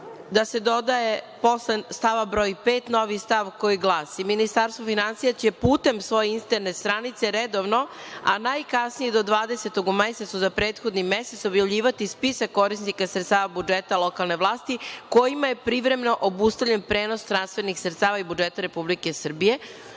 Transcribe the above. da se dodaje posle stava broj 5. novi stav koji glasi – Ministarstvo finansija će putem svoje internet stranice redovno, a najkasnije do 20.- og u mesecu za prethodni mesec objavljivati spisak korisnika sredstava budžeta lokalne vlasti, kojima je privremeno obustavljen prenos transfernih sredstava iz budžeta Republike Srbije,